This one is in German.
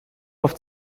auf